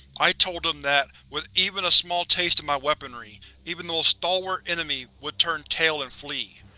i told them that, with even a small taste of my weaponry, even the most stalwart enemy would turn tail and flee.